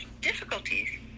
difficulties